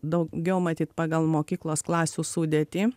daugiau matyt pagal mokyklos klasių sudėtį